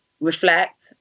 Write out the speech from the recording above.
reflect